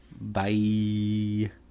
Bye